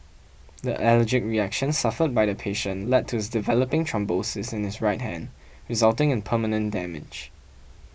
the allergic reaction suffered by the patient led to his developing thrombosis in his right hand resulting in permanent damage